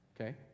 Okay